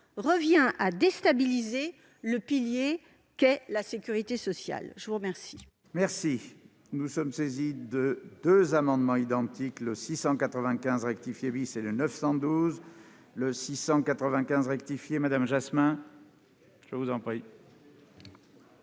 revient à déstabiliser ce pilier qu'est la sécurité sociale. Je suis saisi